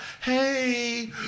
Hey